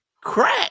crack